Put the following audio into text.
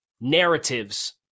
narratives